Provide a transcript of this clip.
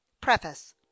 Preface